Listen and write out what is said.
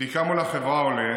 בבדיקה מול החברה עולה